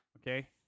okay